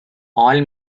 all